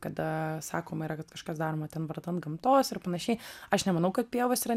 kada sakoma yra kad kažkas daroma ten vardan gamtos ir panašiai aš nemanau kad pievos yra